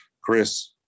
Chris